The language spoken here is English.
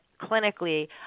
clinically